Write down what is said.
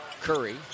Curry